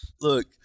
Look